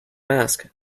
mask